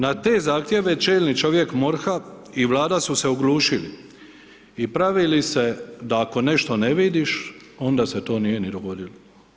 Na te zahtjeve čelni čovjek MORH-a i Vlada su se oglušili i pravili se da ako nešto ne vidiš, onda se to nije ni dogodilo.